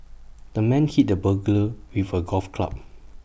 the man hit the burglar with A golf club